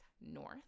North